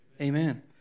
Amen